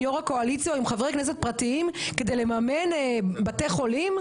יו"ר הקואליציה או עם חברי כנסת פרטיים כדי לממן בתי חולים?